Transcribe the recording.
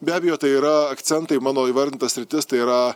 be abejo tai yra akcentai mano įvardinta sritis tai yra